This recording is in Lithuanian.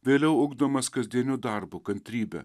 vėliau ugdomas kasdieniu darbu kantrybe